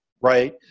Right